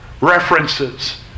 References